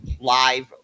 live